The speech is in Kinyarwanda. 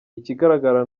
ikigaragara